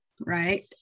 right